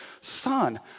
son